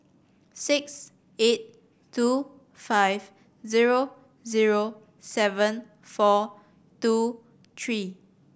six eight two five zero zero seven four two three